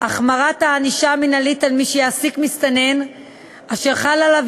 החמרת הענישה המינהלית על מי שיעסיק מסתנן אשר חל עליו